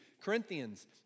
Corinthians